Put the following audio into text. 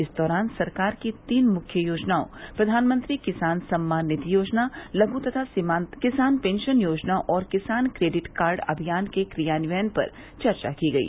इस दौरान सरकार की तीन मुख्य योजनाओं प्रधानमंत्री किसान सम्मान निधि योजना लघु तथा सीमांत किसान पेंशन योजना और किसान क्रेडिट कार्ड अभियान के क्रियान्वयन पर चर्चा की गई